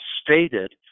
stated